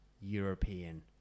European